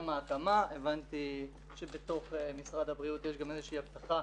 גם ההתאמה הבנתי שבתוך משרד הבריאות יש איזושהי הבטחה